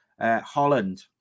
Holland